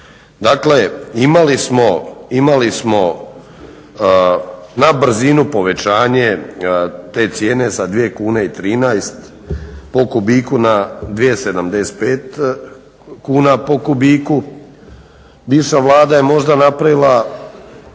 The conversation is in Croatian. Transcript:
Dakle imali smo na brzinu povećanje te cijene sa 2,13 po kubiku na 2,75 kuna po kubiku. Bivša Vlada je možda napravila